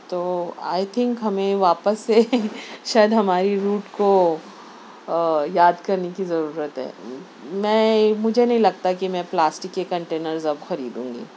تو I think ہمیں واپس سے شاید ہماری روٹ کو یاد کرنے کی ضرورت ہے میں مجھے نہیں لگتا کہ میں پلاسٹک کے کنٹینرز اب خریدوں گی